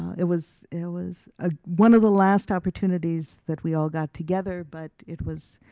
it was, it was ah one of the last opportunities that we all got together, but it was,